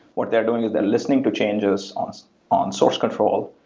what they're doing is they're listening to changes on on source control.